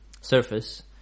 surface